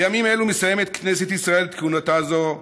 בימים אלו מסיימת כנסת ישראל את כהונתה זו,